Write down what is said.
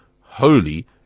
holy